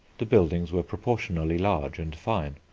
the buildings were proportionally large and fine.